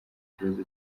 ikibazo